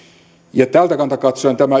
ja tältä kannalta katsoen tämä